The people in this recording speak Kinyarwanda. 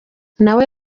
nawe